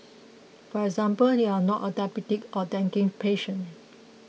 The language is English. for example you are not a diabetic or dengue patient